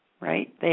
right